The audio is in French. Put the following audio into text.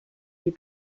des